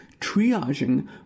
triaging